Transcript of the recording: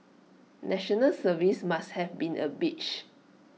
National Service must have been A bitch